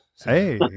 Hey